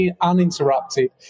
uninterrupted